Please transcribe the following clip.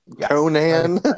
Conan